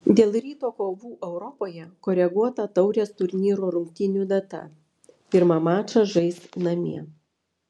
dėl ryto kovų europoje koreguota taurės turnyro rungtynių data pirmą mačą žais namie